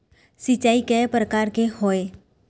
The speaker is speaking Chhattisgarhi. सिचाई कय प्रकार के होये?